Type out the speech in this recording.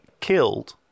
killed